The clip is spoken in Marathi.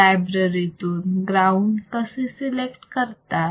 लायब्ररीतून ग्राउंड कसे सिलेक्ट करतात